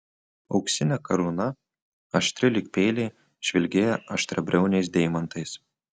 auksinė karūna aštri lyg peiliai žvilgėjo aštriabriauniais deimantais